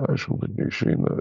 aišku kad neišeina